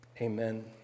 amen